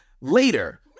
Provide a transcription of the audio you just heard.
Later